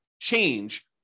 change